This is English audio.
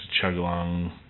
chug-along